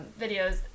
videos